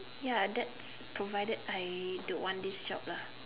ya that's provided I don't want this job lah